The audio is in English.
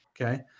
okay